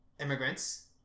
immigrants